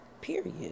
period